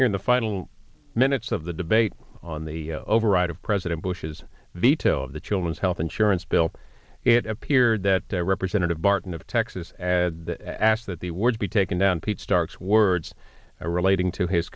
here in the final minutes of the debate on the override of president bush's veto of the children's health insurance bill it appeared that representative barton of texas as asked that the words be taken down pete stark words are relating to his